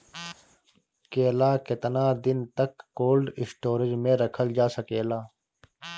केला केतना दिन तक कोल्ड स्टोरेज में रखल जा सकेला?